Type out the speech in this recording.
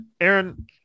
Aaron